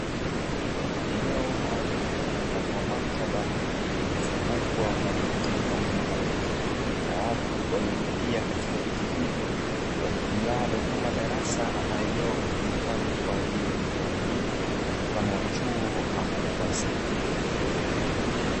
Eneo maalumu mfano wa maktaba iliyozungukwa na viti pamoja na meza. Na watu waliokalia katika viti hivyo, walitumialo kama darasa au eneo litumikalo, kwa ajili yakutoa elimu mfano wa chuo ama darasa.